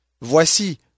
Voici